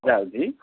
ଯାଉଛି